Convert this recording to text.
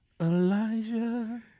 Elijah